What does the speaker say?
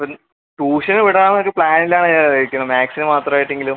പിന്നെ ട്യൂഷന് വിടാൻ ഒരു പ്ലാനിൽ ആണ് ഞാൻ നിൽക്കുന്നത് മാത്സിൽ മാത്രം ആയിട്ടെങ്കിലും